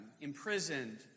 Imprisoned